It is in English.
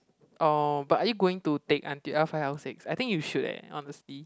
oh but are you going to take until L-five L-six I think you should eh honestly